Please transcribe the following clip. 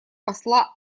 посла